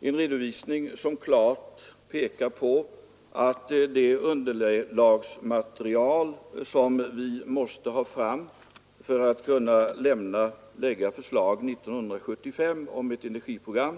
Den redovisningen pekar klart på att det underlagsmaterial som vi måste ha för att kunna lägga fram förslag om ett energiprogram